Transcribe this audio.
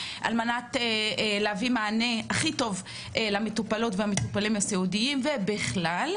על מנת להביא את המענה הכי טוב למטופלות ולמטופלים הסיעודיים ובכלל.